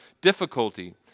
difficulty